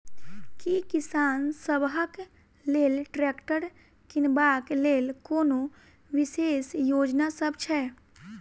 की किसान सबहक लेल ट्रैक्टर किनबाक लेल कोनो विशेष योजना सब छै?